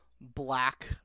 black